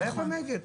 היו נגד,